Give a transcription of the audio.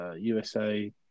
USA